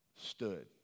stood